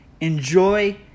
enjoy